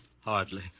Hardly